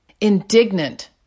Indignant